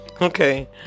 Okay